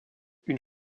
une